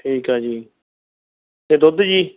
ਠੀਕ ਆ ਜੀ ਅਤੇ ਦੁੱਧ ਜੀ